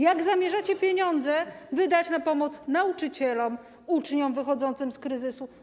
Jak zamierzacie wydać pieniądze na pomoc nauczycielom, uczniom wychodzącym z kryzysu?